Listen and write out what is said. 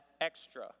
extra